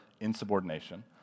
insubordination